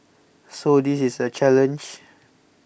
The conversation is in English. so this is a challenge